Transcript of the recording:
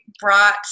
brought